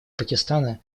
пакистана